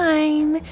Time